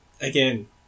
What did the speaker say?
again